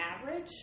average